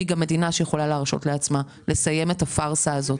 והיא גם יכולה להרשות לעצמה לסיים את הפרסה הזאת.